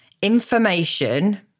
information